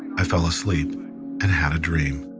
i fell asleep and had a dream.